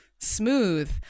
Smooth